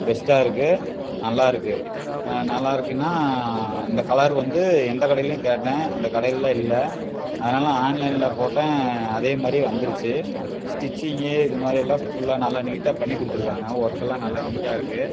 பெஸ்ட்டாக இருக்குது நல்லாருக்குது நல்லாருக்குதுன்னா இந்தக் கலர் வந்து எந்தக் கடையிலயும் கேட்டேன் அந்தக் கடையில்ல இல்லை அதனால் ஆன்லைன்ல போட்டேன் அதே மாதிரி வந்திருச்சு ஸ்டிச்சிங்கு இது மாதிரியெல்லாம் ஃபுல்லா நல்லா நீட்டாக பண்ணிக் கொடுத்துருக்காங்க ஒர்க்கெல்லாம் நல்லா நீட்டாக இருக்குது